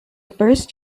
first